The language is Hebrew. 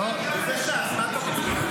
מה אתה רוצה?